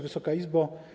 Wysoka Izbo!